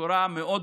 בצורה מאוד